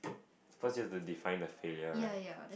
first you have to define the failure right